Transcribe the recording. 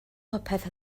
popeth